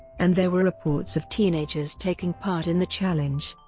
and there were reports of teenagers taking part in the challenge.